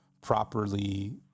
properly